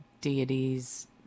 deities